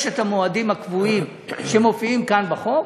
יש המועדים הקבועים, שמופיעים כאן, בחוק.